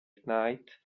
kite